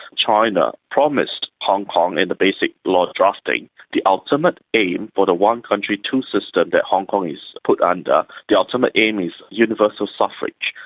china promised hong kong in the basic law drafting the ultimate aim for the one country, two systems' that hong kong is put under, the ultimate aim is universal suffrage.